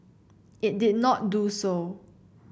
it did not do so